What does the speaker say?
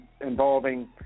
involving